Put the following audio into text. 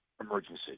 emergency